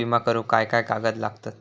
विमा करुक काय काय कागद लागतत?